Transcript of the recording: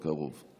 בקרוב.